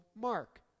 Mark